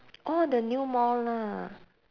oh the new mall lah